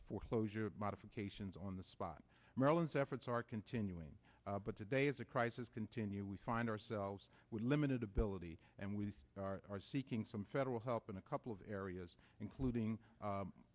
foreclosure modifications on the spot maryland's efforts are continuing but today is a crisis continue we find ourselves with limited ability and we are seeking some federal help in a couple of areas including